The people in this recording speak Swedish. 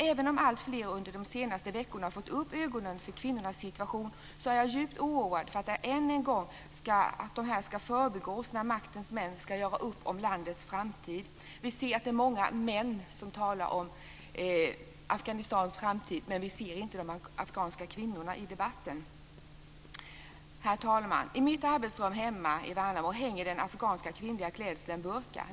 Även om alltfler under de senaste veckorna har fått upp ögonen för kvinnornas situation är jag djupt oroad för att de än en gång ska förbigås när maktens män ska göra upp om landets framtid. Vi ser att det är många män som talar om Afghanistans framtid, men vi ser inte de afghanska kvinnorna i debatten. Herr talman! I mitt arbetsrum hemma i Värnamo hänger den afghanska kvinnliga klädseln burqa.